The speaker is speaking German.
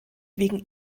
wegen